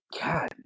God